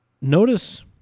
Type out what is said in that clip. Notice